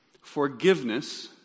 Forgiveness